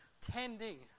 Tending